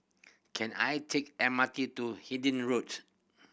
can I take M R T to Road